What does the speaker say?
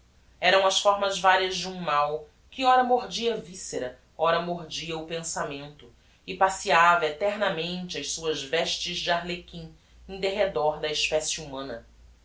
eram as formas varias de um mal que ora mordia a viscera ora mordia o pensamento e passeiava eternamente as suas vestes de arlequim em derredor da especie humana